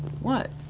what?